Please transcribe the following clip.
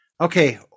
Okay